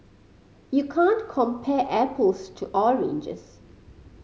you can't compare apples to oranges